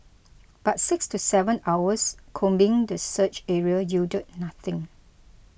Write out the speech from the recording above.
but six to seven hours combing the search area yielded nothing